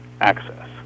access